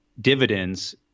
dividends